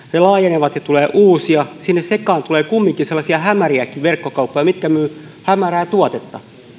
laajenevat ja tulee uusia ja sinne sekaan tulee kumminkin sellaisia hämäriäkin verkkokauppoja mitkä myyvät hämärää tuotetta